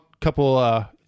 couple